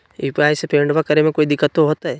UPI से पेमेंटबा करे मे कोइ दिकतो होते?